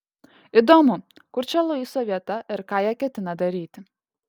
įdomu kur čia luiso vieta ir ką jie ketina daryti